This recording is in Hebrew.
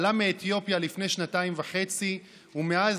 עלה מאתיופיה לפני שנתיים וחצי ומאז